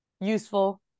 useful